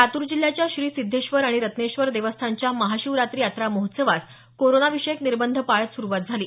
लातूर जिल्ह्याच्या श्री सिद्धेश्वर आणि रत्नेश्वर देवस्थानच्या महाशिवरात्री यात्रा महोत्सवास कोरोना विषयक निर्बंध पाळत सुरुवात झाली